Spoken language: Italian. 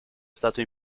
stato